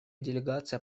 делегация